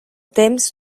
temps